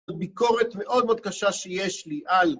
זאת ביקורת מאוד מאוד קשה שיש לי על,